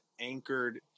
anchored